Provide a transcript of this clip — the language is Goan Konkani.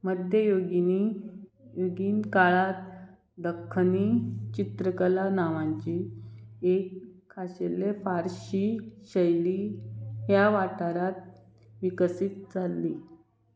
मध्ययोगिनी योगीन काळांत दख्खनी चित्रकला नांवांची एक खाशेल्ले फारशी शैली ह्या वाठारांत विकसीत जाल्ली